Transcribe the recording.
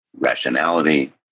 rationality